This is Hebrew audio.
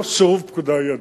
לא סירוב פקודה הוא הדרך.